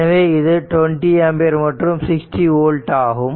எனவே இது 20 ஆம்பியர் மற்றும் 60 ஓல்ட் ஆகும்